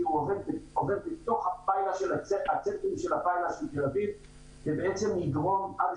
הוא עובר בתוך ה"צנטרום של הפיילה" של תל-אביב והוא יגרום עד